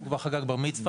הוא כבר חגג בר מצווה.